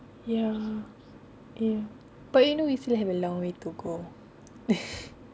ya but you know you still have a long way to go